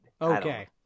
Okay